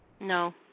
No